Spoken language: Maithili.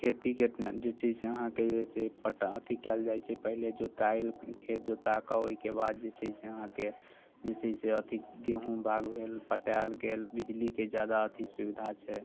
खेतीके जे छै से अहाँकेँ जे छै से पटा अथि कयल जाइत छै पहिले जोताएल खेत जोताके ओहिके बाद जे छै से अहाँकेँ जे छै से अथि गेहूँ बाग भेल पटायल गेल बिजलीके जादा अथि सुविधा छै